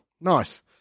Nice